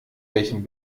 welchen